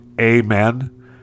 Amen